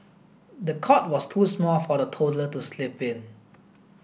the cot was too small for the toddler to sleep in